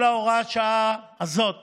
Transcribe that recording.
כל הוראת השעה הזאת